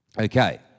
Okay